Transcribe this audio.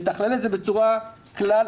לתכלל את זה בצורה כללית,